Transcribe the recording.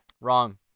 wrong